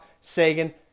Sagan